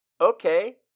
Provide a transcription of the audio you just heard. Okay